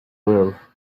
live